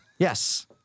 Yes